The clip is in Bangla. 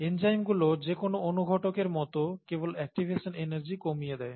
এনজাইমগুলো যে কোন অনুঘটকের মত কেবল অ্যাক্টিভেশন এনার্জি কমিয়ে দেয়